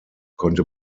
konnte